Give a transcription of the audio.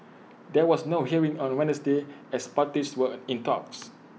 there was no hearing on A Wednesday as parties were in talks